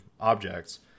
objects